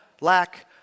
lack